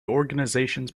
organizations